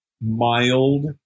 mild